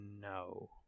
No